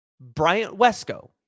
Bryant-Wesco